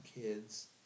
kids